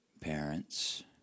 Parents